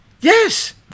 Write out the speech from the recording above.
Yes